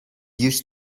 used